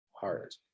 heart